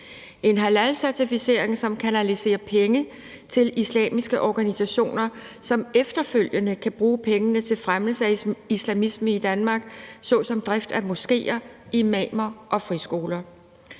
en halalcertificering, som kanaliserer penge til islamiske organisationer, som efterfølgende kan bruge pengene til at fremme islamisme i Danmark såsom imamer og drift af moskéer og friskoler.